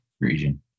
region